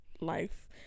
life